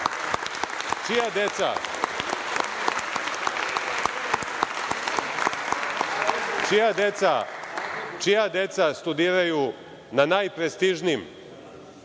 Čija deca studiraju na najprestižnijim